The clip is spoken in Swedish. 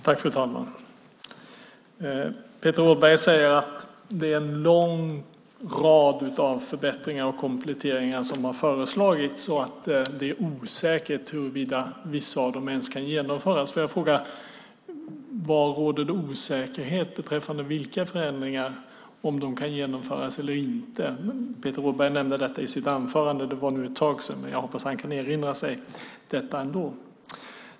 Fru talman! Peter Rådberg säger att det är en lång rad av förbättringar och kompletteringar som har föreslagits och att det är osäkert huruvida vissa av dem ens kan genomföras. Får jag fråga vilka förändringar det råder osäkerhet om ifall de kan genomföras eller inte? Peter Rådberg nämnde detta i sitt anförande. Det är nu ett tag sedan, men jag hoppas att han kan erinra sig detta ändå.